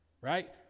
right